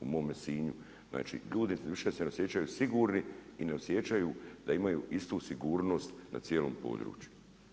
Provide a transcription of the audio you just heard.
U mome Sinju, znači ljudi više se ne osjećaju sigurni i ne osjećaju da imaju istu sigurnost na cijelom području.